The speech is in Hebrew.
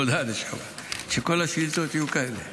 שכל השאילתות יהיו כאלה.